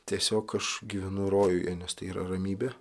tiesiog aš gyvenu rojuje nes tai yra ramybė